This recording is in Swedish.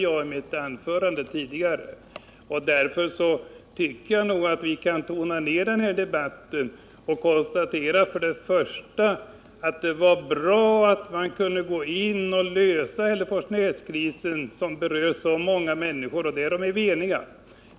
Jag tycker därför att vi nog kan tona ned denna debatt och konstatera två saker. För det första var det bra att man kunde lösa Hälleforsnäskrisen, som berörde så många människor. Därom är vi eniga.